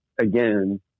again